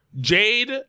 Jade